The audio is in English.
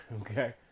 Okay